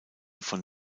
von